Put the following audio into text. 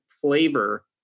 flavor